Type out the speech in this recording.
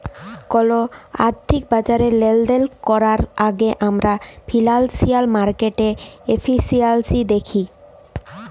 call আথ্থিক বাজারে লেলদেল ক্যরার আগে আমরা ফিল্যালসিয়াল মার্কেটের এফিসিয়াল্সি দ্যাখি